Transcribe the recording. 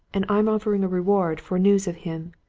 and i'm offering a reward for news of him.